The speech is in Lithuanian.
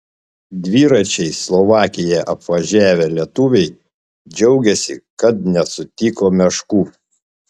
dviračiais slovakiją apvažiavę lietuviai džiaugiasi kad nesutiko meškų